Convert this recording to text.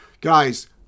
Guys